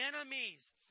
enemies